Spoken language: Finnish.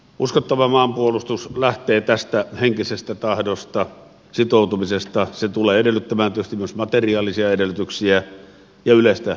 uskottava maanpuolustus lähtee tästä henkisestä tahdosta sitoutumisesta se tulee edellyttämään tietysti myös materiaalisia edellytyksiä ja yleistä asevelvollisuutta